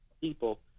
people